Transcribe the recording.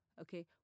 okay